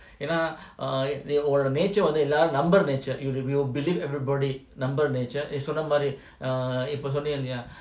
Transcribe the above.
ஏனா:yena err உன்னோட:unnoda oh nature எல்லாரையும்நம்புற:ellorayum nambura nature you will you believe everybody நம்புற:nambura nature நீசொன்னமாதிரி:nee sonna madhiri err இப்போசொன்னல:ipo sonnala